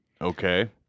Okay